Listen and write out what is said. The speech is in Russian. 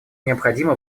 необходима